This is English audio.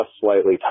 slightly